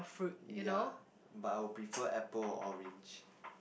ya but I would prefer apple or orange